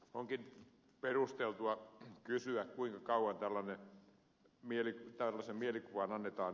onkin perusteltua kysyä kuinka kauan tällaisen mielikuvan annetaan elää